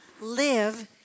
live